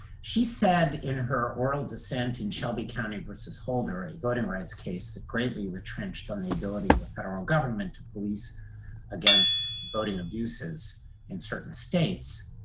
she said in her oral dissent in shelby county versus holder, a voting rights case that greatly retrenched on the ability of the federal government to police against voting abuses in certain states,